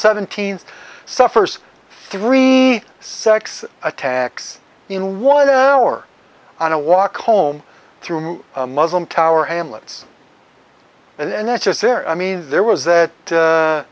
seventeen suffers three sex attacks in one hour on a walk home through a muslim tower hamlets and that's just there i mean there was that